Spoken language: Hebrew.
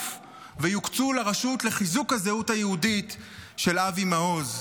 ויוקצו לרשות לחיזוק הזהות היהודית של אבי מעוז,